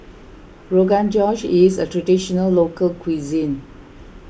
Rogan Josh is a Traditional Local Cuisine